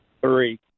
Three